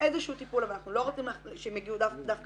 איזשהו טיפול אבל אנחנו לא רוצים שהם יגיעו דווקא